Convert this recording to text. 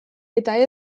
eta